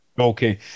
Okay